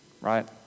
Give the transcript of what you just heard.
right